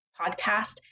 podcast